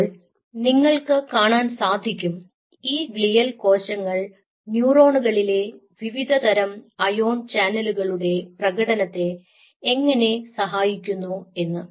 അപ്പോൾ നിങ്ങൾക്ക് കാണാൻ സാധിക്കും ഈ ഗ്ലിയൽ കോശങ്ങൾ ന്യൂറോണുകളിലെ വിവിധതരം അയോൺ ചാനലുകളുടെ പ്രകടനത്തെ എങ്ങിനെ സഹായിക്കുന്നു എന്ന്